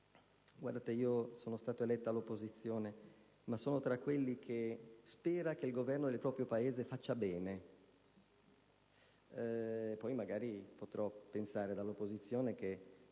Io sono stato eletto all'opposizione, ma sono tra chi spera che il Governo del proprio Paese faccia bene; poi, magari potrò pensare dall'opposizione che